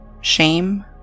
shame